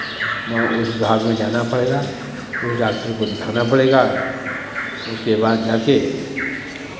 उस विभाग में जाना पड़ेगा उस डाक्टर को दिखाना पड़ेगा उसके बाद जाके